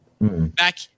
Back